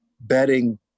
betting